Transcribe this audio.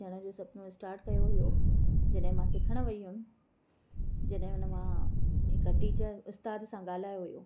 थियण जो सुपिनो स्टार्ट कयो हुओ जॾहिं मां सिखण वई हुयमि जॾहिं हुन मां हिक टीचर उस्ताद सां ॻाल्हायो हुओ